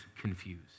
confused